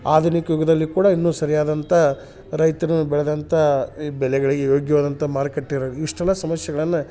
ಆಧುನಿಕ ಯುಗದಲ್ಲಿ ಕೂಡ ಇನ್ನು ಸರಿಯಾದಂಥ ರೈತರ್ನ ಬೆಳೆದಂಥ ಈ ಬೆಲೆಗಳಿಗೆ ಯೋಗ್ಯವಾದಂಥ ಮಾರುಕಟ್ಟೆ ಇರ ಇಷ್ಟೆಲ್ಲ ಸಮಸ್ಯೆಗಳನ್ನ